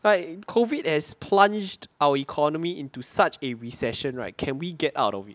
like COVID has plunged our economy into such a recession right can we get out of it